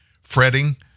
fretting